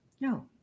No